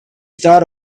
thought